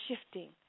shifting